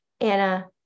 Anna